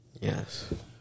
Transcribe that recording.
Yes